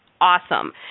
awesome